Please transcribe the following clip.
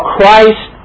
Christ